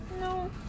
No